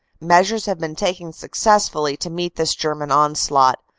measures have been taken successfully to meet this ger man onslaught.